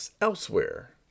elsewhere